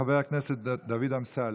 חבר הכנסת דוד אמסלם.